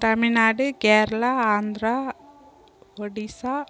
Tamil Nadu Kerala Andhra Odisha